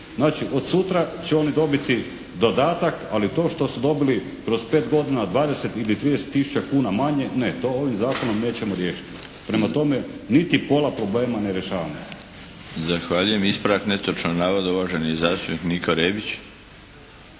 Znači, od sutra će oni dobiti dodatak ali to što su dobili kroz pet godina 20 ili 30 tisuća kuna manje ne, to ovim zakonom nećemo riješiti. Prema tome, niti pola problema ne rješavamo. **Milinović, Darko (HDZ)** Zahvaljujem. Ispravak netočnog navoda uvaženi zastupnik Niko Rebić.